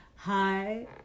Hi